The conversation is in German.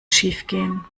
schiefgehen